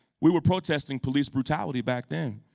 we were protesting police brutality back then.